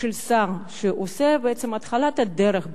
של השר שעושה בעצם התחלת הדרך,